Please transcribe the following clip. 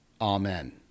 Amen